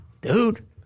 dude